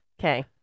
Okay